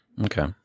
Okay